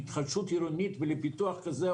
שהם נמצאים גם בתוכניות וגם ברישוי.